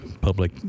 public